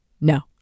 No